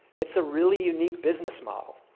it's a really unique business model.